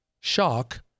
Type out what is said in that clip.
shock